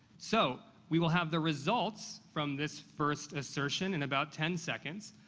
so, we will have the results from this first assertion in about ten seconds.